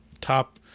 top